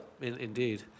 indeed